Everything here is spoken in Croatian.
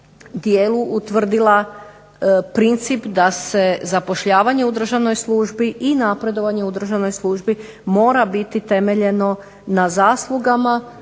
dijelu utvrdila princip da se zapošljavanje u državnoj službi i napredovanje u državnoj službi mora biti temeljeno na zaslugama,